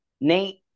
nate